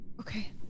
Okay